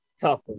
tough